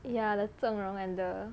ya then 振荣 and then